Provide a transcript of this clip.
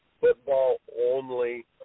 football-only